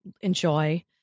enjoy